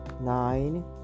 nine